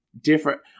different